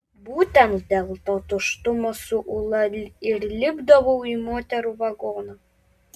būtent dėl to tuštumo su ūla ir lipdavau į moterų vagoną